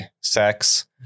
sex